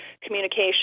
communication